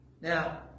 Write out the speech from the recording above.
Now